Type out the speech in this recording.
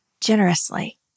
generously